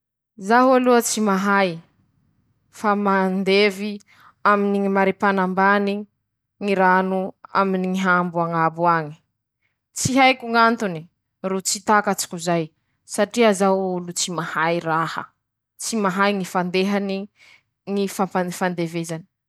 Reto aby ñy sakafo azon-teña ala rano: -Ñy voankazo, -Manahaky ñy manga, -Ñy paiso, -Ñy frezy, -Ñy mananasy, -Ñy voaloboky. Añatiny ñy legimy: -Ñy karoty, -Ñy pomme de tera, -Manahaky anizay koa ñy trehaky. Añatiny ñy hena: -Misy ñy henan'aomby azon-teña ala ñy gny ranony gny henankoso ranony, -Ñy henan-koso